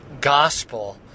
gospel